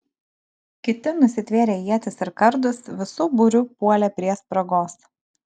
kiti nusitvėrę ietis ir kardus visu būriu puolė prie spragos